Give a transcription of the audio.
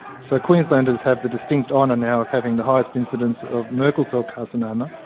so queenslanders have the distinct honour now of having the highest incidence of merkel cell carcinoma,